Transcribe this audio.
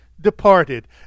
departed